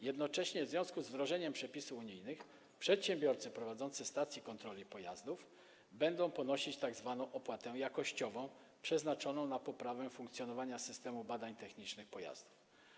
Jednocześnie w związku z wdrożeniem przepisów unijnych przedsiębiorcy prowadzący stacje kontroli pojazdów będą ponosić tzw. opłatę jakościową przeznaczoną na poprawę funkcjonowania systemu badań technicznych pojazdów.